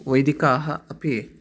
वैदिकाः अपि